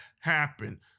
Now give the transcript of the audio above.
happen